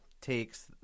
takes